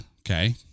Okay